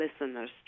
listeners